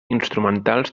instrumentals